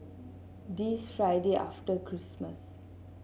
the Friday after Christmas